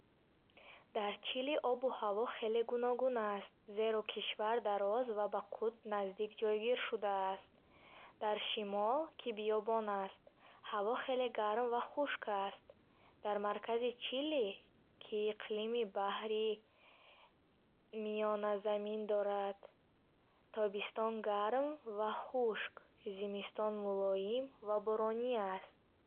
Дар Чили обу ҳаво хеле гуногун аст, зеро кишвар дароз ва ба қутб наздик ҷойгир шудааст. Дар шимол, ки биёбон аст, ҳаво хеле гарм ва хушк аст. Дар маркази Чили, ки иқлими баҳри Миёназамин дорад, тобистон гарм ва хушк, зимистон мулоим ва боронӣ аст.